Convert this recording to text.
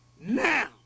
Now